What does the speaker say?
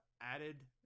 added